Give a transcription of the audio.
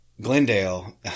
Glendale